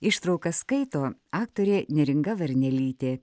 ištraukas skaito aktorė neringa varnelytė